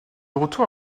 retour